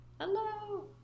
Hello